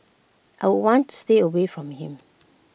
I would want to stay away from him